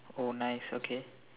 oh nice okay